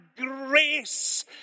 grace